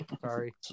Sorry